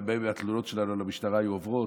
והרבה מהתלונות שלנו למשטרה היו עוברות.